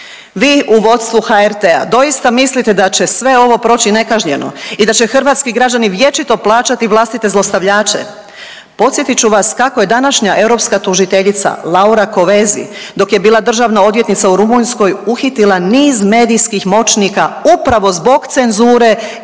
Vi u vodstvu HRT-a doista mislite da će sve ovo proći nekažnjeno i da će hrvatski građani vječito plaćati vlastite zlostavljače. Podsjetit ću vas kako je današnja europska tužiteljica Laura Kovesi dok je bila državna odvjetnica u Rumunjskoj uhitila niz medijskih moćnika upravo zbog cenzura